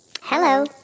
Hello